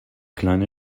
kleine